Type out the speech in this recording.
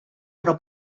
però